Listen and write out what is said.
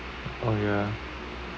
oh ya